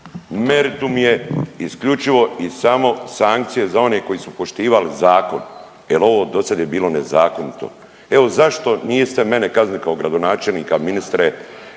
Meritum je isključivo i samo sankcije za one koji su poštivali zakon jel ovo dosad je bilo nezakonito. Evo zašto niste mene kaznili kao gradonačelnika ministre